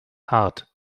hart